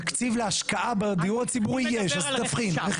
תקציב להשקעה בדיור הציבורי יש, אז תבחין.